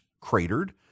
cratered